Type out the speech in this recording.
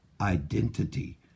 identity